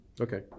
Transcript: Okay